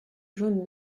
jaune